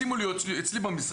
שימו לי אותו אצלי במשרד.